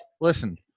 listen